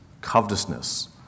covetousness